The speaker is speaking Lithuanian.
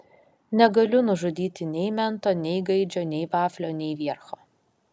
negaliu nužudyti nei mento nei gaidžio nei vaflio nei viercho